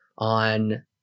On